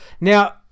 Now